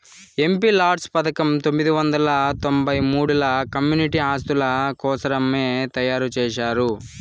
MPLADS పథకం పంతొమ్మిది వందల తొంబై మూడుల కమ్యూనిటీ ఆస్తుల కోసరమే తయారు చేశారు